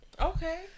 Okay